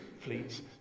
fleets